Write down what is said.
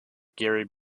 gary